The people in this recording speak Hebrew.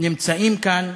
נמצאים כאן